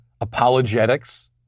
apologetics